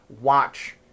Watch